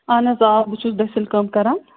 اَہَن حَظ آ بہٕ چھُس دٔسِلۍ کٲم کَران